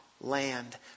land